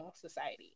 society